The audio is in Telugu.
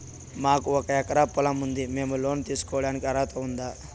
మాకు ఒక ఎకరా పొలం ఉంది మేము లోను తీసుకోడానికి అర్హత ఉందా